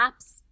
apps